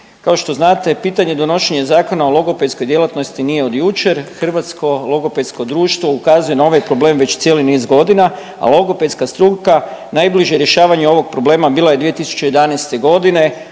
Kao što znate pitanje donošenja Zakona o logopedskoj djelatnosti nije od jučer. Hrvatsko logopedsko društvo ukazuje na ovaj problem već cijeli niz godina, a logopedska struka najbliže rješavanje ovog problema bilo je 2011. godine